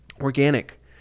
organic